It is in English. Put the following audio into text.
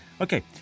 Okay